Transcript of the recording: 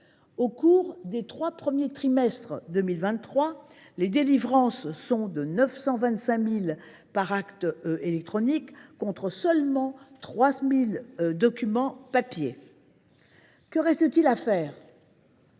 Au cours des trois premiers trimestres de 2023, on compte 925 000 actes électroniques, contre seulement 3 000 documents papier. Que reste t il à faire ?